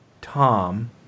Tom